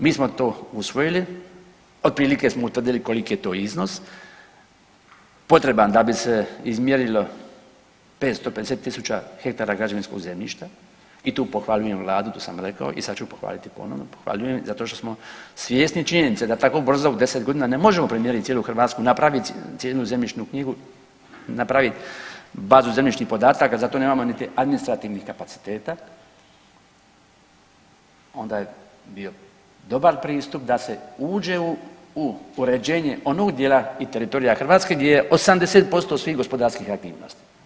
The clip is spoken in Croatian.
Mi smo to usvojili, otprilike smo utvrdili koliki je to iznos potreban da bi se izmjerilo 550 tisuća hektara građevinskog zemljišta i tu pohvaljujem vladu, to sam rekao i sad ću pohvaliti ponovno, pohvaljujem zato što smo svjesni činjenice da tako brzo u 10.g. ne možemo premjerit cijelu Hrvatsku, napravit cijelu zemljišnu knjigu, napravit bazu zemljišnih podataka, zato nemamo niti administrativnih kapaciteta, onda je bio dobar pristup da se uđe u uređenje onog dijela i teritorija Hrvatske gdje je 80% svih gospodarskih aktivnosti.